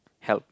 help